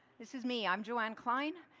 this is me. i'm joann kli i mean